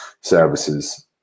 Services